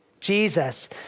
Jesus